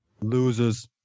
Losers